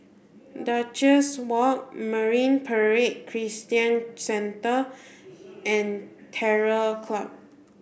Duchess Walk Marine Parade Christian Centre and Terror Club